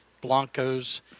Blancos